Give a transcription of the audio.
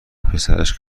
پسرش